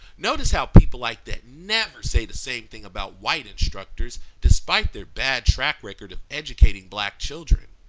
notice how people like that never say the same thing about white instructors, despite their bad track record of educating black children.